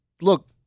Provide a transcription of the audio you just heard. look